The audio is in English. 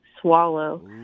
swallow